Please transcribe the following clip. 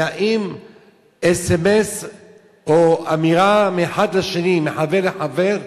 האם אס.אם.אס או אמירה מאחד לשני, מחבר לחבר,